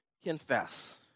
confess